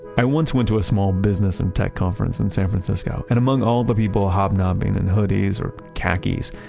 i once went to a small business and tech conference in san francisco. and among all the people hobnobbing in hoodies or khakis,